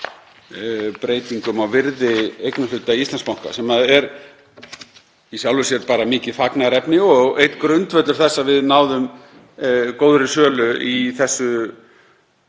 breytingum á virði eignarhluta í Íslandsbanka. Það er í sjálfu sér mikið fagnaðarefni og einn grundvöllur þess að við náðum góðri sölu í þessari